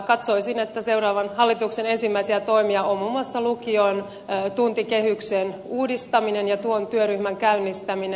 katsoisin että seuraavan hallituksen ensimmäisiä toimia on muun muassa lukion tuntikehyksen uudistaminen ja tuon työryhmän käynnistäminen